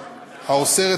בצד עבירות הספסרות